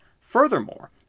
Furthermore